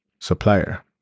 Supplier